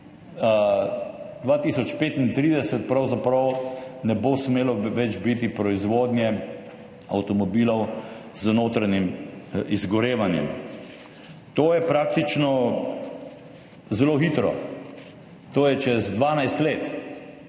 2035 pravzaprav ne bo smelo več biti proizvodnje avtomobilov z notranjim izgorevanjem. To je praktično zelo hitro, to je čez 12 let.